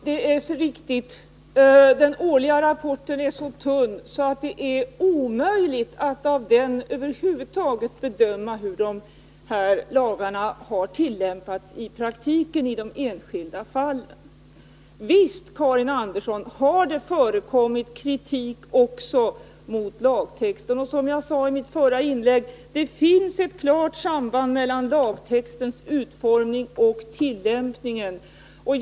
Fru talman! Det är riktigt att den årliga rapporten är tunn. Den är så tunn att det är omöjligt att av den över huvud taget bedöma hur lagarna har tillämpats i praktiken i de enskilda fallen. Visst, Karin Andersson, har det förekommit kritik också mot lagtexten. Det finns, som jag sade i mitt förra inlägg, ett klart samband mellan lagtextens utformning och tillämpningen av den.